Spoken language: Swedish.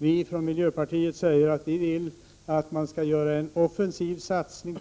Vii miljöpartiet vill att man skall göra en offensiv satsning